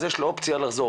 אז יש לו אופציה לחזור.